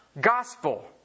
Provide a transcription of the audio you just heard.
gospel